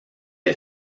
des